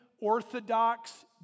Orthodox